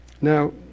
Now